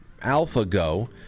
AlphaGo